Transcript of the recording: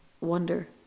wonder